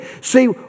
See